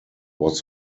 was